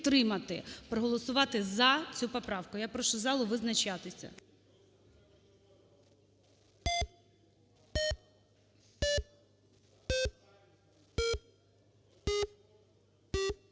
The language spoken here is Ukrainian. проголосувати за цю поправку. Я прошу залу визначатися.